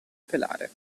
pelare